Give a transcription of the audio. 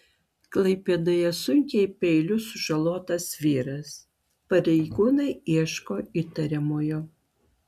klaipėdoje sunkiai peiliu sužalotas vyras pareigūnai ieško įtariamojo